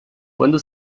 quando